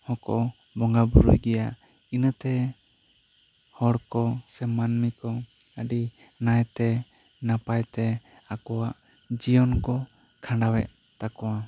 ᱦᱚᱸᱠᱚ ᱵᱚᱸᱜᱟ ᱵᱳᱨᱳᱭ ᱜᱤᱭᱟ ᱤᱱᱟᱹᱛᱮ ᱦᱚᱲ ᱠᱚ ᱥᱮ ᱢᱟᱹᱱᱢᱤ ᱠᱚ ᱟᱹᱰᱤ ᱱᱟᱭᱛᱮ ᱱᱟᱯᱟᱭ ᱛᱮ ᱟᱠᱚᱣᱟᱜ ᱡᱤᱭᱚᱱ ᱠᱚ ᱠᱷᱟᱸᱰᱟᱣ ᱮᱫ ᱛᱟᱠᱚᱣᱟ